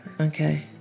Okay